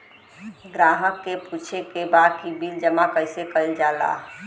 ग्राहक के पूछे के बा की बिल जमा कैसे कईल जाला?